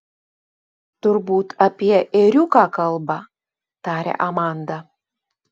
turbūt apie ėriuką kalba tarė amanda